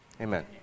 Amen